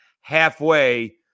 Halfway